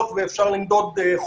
לא נותנים תשובות,